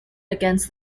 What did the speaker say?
against